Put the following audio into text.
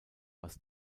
was